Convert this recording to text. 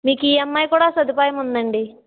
మీకు ఇఎంఐ కూడా సదుపాయం ఉందండి